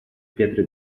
pietre